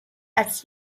als